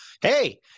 Hey